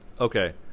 Okay